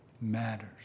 matters